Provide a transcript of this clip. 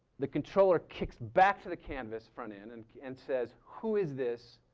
the controller kicks back to the canvas front end and and says who is this,